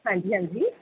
ਹਾਂਜੀ ਹਾਂਜੀ